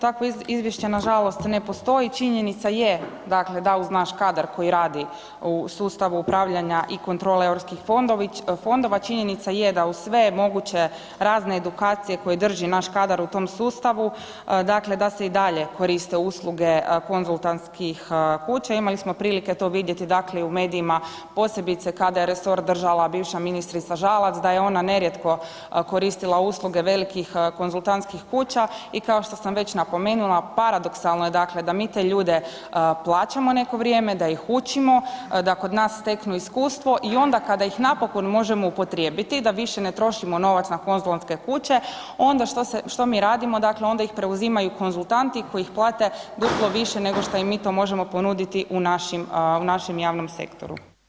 Takvo izvješće nažalost ne postoji, činjenica je dakle da uz naš kadar koji radi u sustavu upravljanja i kontrole europskih fondova, činjenica je da uz sve moguće razne edukacije koje drži naš kadar u tom sustavu, dakle da se i dalje koriste usluge konzultantskih kuća, imali smo prilike to vidjeti dakle i u medijima, posebice kada je resor držala bivša ministrica Žalac, da je ona nerijetko koristila usluge velikih konzultantskih kuća i kao što sam već napomenula, paradoksalno je dakle da mi te ljude plaćamo neke vrijeme, da ih učimo, da kod nas steknu iskustvo i onda kada ih napokon možemo upotrijebiti da više ne trošimo novac na konzultantske kuće, onda što mi radimo, dakle onda ih preuzimaju konzultanti koji ih plate duplo više nego što im mi to možemo ponuditi u našem javnom sektoru.